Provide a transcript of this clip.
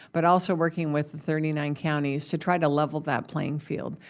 but also working with the thirty nine counties to try to level that playing field.